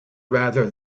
rather